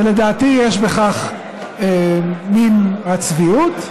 ולדעתי יש בכך מן הצביעות.